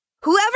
Whoever